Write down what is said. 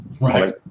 Right